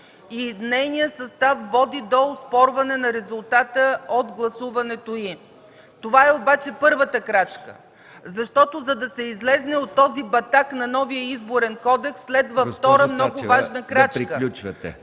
Госпожо Цачева, приключвайте.